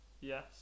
yes